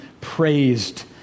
praised